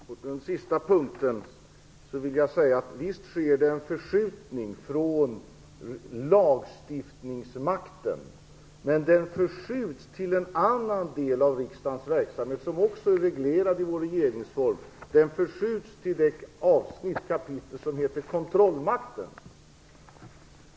Herr talman! Angående den sista punkten vill jag säga att det visst sker en förskjutning av lagstiftningsmakten, men den förskjuts till en annan del av riksdagens verksamhet, som också är reglerad i vår regeringsform, nämligen till det avsnitt som heter Kontrollmakten.